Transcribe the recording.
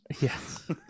Yes